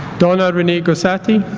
donna renee gosatti